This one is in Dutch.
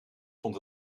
vond